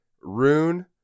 rune